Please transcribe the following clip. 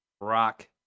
rock